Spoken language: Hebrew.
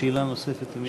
שאלה נוספת?